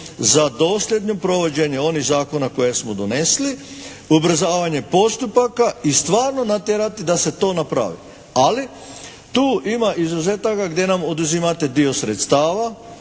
za dosljedno provođenje onih zakona koje smo donesli, ubrzavanje postupaka i stvarno natjerati da se to napravi. Ali tu ima izuzetaka gdje nam oduzimate dio sredstava,